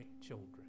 children